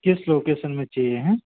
किस लोकैशन में चाहिए हैं